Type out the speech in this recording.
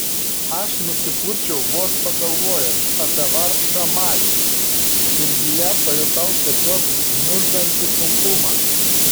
aš nusipurčiau vos pagalvojęs apie vargšą matį širdyje pajutau tiesiog gniuždantį sunkumą